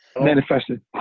manifested